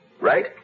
right